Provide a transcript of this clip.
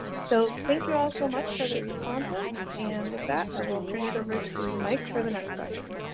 so, thank you all so much for the responses, and with that i will turn it over to mike for the next section.